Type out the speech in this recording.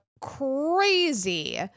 crazy